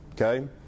okay